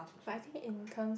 but I think in terms of